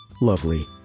lovely